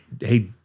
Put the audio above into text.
hey